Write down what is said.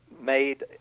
made